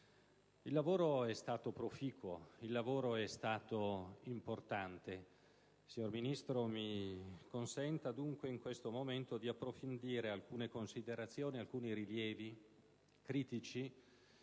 Il lavoro svolto è stato proficuo e importante. Signor Ministro, mi consenta dunque in questo momento di approfondire alcune considerazioni e rilievi critici